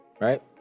Right